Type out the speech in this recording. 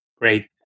Great